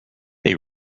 they